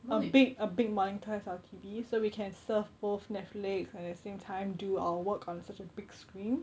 a big a big monitor as our T_V so we can serve both Netflix and at the same time do our work on such a big screen